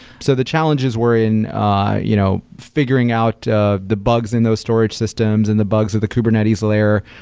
so the challenges were in you know figuring out ah the bugs in those storage systems and the bugs of the kubernetes layer,